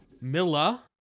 Milla